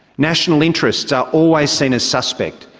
national interests are always seen as suspect,